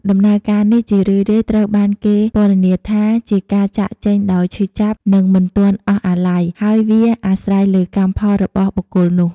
ដំណើរការនេះជារឿយៗត្រូវបានគេពណ៌នាថាជាការចាកចេញដោយឈឺចាប់ និងមិនទាន់អស់អាល័យ ហើយវាអាស្រ័យលើកម្មផលរបស់បុគ្គលនោះ។